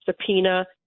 subpoena